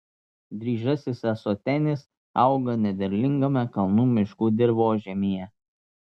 dryžasis ąsotenis auga nederlingame kalnų miškų dirvožemyje